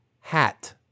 hat